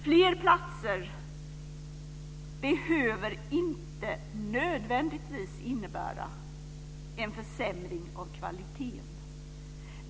Fler platser behöver inte nödvändigtvis innebära en försämring av kvaliteten.